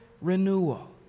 renewal